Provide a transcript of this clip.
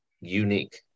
unique